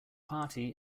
party